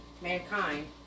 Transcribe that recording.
mankind